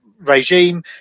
regime